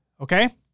Okay